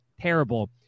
terrible